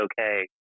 okay